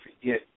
forget